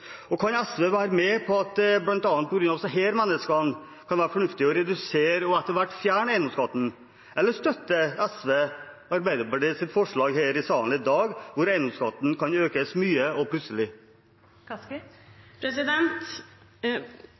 Og kan SV være med på at det bl.a. på grunn av disse menneskene kan være fornuftig å redusere og etter hvert fjerne eiendomsskatten? Eller støtter SV Arbeiderpartiets forslag her i salen i dag, hvor eiendomsskatten kan økes mye og plutselig?